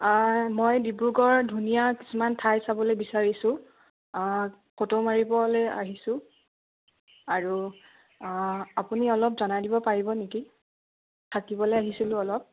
মই ডিব্ৰুগড় ধুনীয়া কিছুমান ঠাই চাবলৈ বিচাৰিছোঁ মাৰিবলৈ আহিছোঁ আৰু আপুনি অলপ জনাই দিব পাৰিব নেকি থাকিবলৈ আহিছিলোঁ অলপ